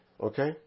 Okay